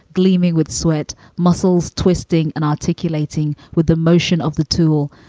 gleaming with sweat muscles twisting and articulating with the motion of the tool,